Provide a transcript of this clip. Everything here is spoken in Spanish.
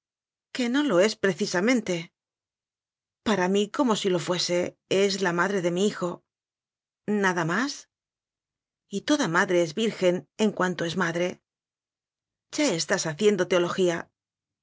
que no lo es precisamente para mí como si lo fuese es la madre de mi hijo nada más y toda madre es virgen en cuanto es madre ya estás haciendo teologíal